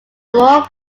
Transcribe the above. more